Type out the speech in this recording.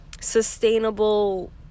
sustainable